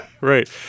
right